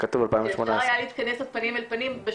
להתכנס פנים אל פנים,